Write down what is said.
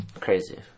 crazy